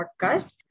podcast